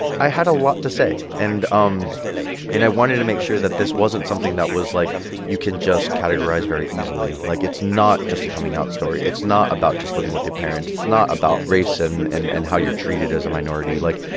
i had a lot to say. and um and i i wanted to make sure that this wasn't something that was, like you can just categorize very easily. like, it's not just a coming out story. it's not about just living with your parents. it's not about race and and and how you're treated as a minority like,